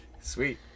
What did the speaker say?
Sweet